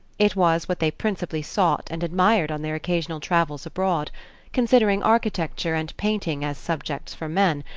it was what they principally sought and admired on their occasional travels abroad considering architecture and painting as subjects for men,